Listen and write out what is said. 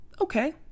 Okay